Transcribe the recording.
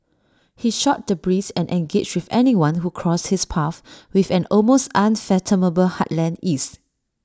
he shot the breeze and engaged with anyone who crossed his path with an almost unfathomable heartland ease